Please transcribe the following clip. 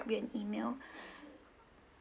you an email